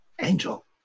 Angel